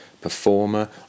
performer